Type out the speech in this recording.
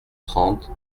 trente